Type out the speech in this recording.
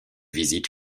visite